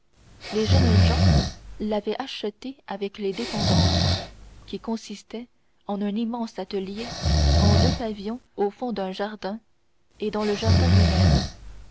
les jeunes gens l'avaient achetée avec les dépendances qui consistaient en un immense atelier en deux pavillons au fond d'un jardin et dans le jardin lui-même